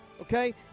okay